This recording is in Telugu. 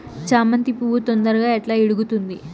చామంతి పువ్వు తొందరగా ఎట్లా ఇడుగుతుంది?